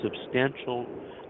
substantial